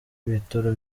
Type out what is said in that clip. ibitaro